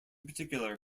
particular